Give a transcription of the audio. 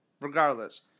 Regardless